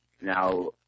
Now